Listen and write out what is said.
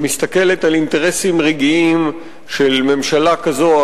שמסתכלת על אינטרסים רגעיים של ממשלה כזו או